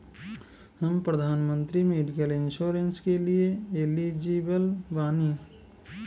हम प्रधानमंत्री medical insurance के लिए एलिजिबल बानी?